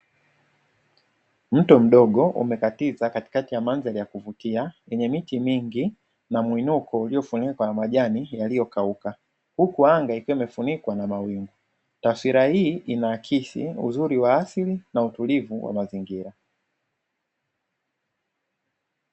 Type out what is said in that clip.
Mto mdogo umekatiza katikati ya mandhari ya kuvutia yenye miti mingi na muinuko, uliofunikwa na majani yaliyo kauka huku anga likiwa limefunikwa na mawingu, taswira hii inaakisi uzuri wa asili na utulivu wa mazingira.